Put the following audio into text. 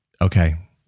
Okay